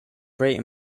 great